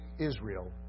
Israel